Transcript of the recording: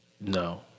No